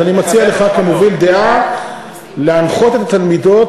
אז אני מציע לך כמוביל דעה להנחות את התלמידות